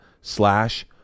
slash